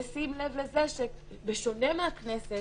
בשים לב לכך שבשונה מהכנסת,